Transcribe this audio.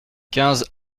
quinze